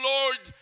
Lord